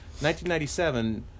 1997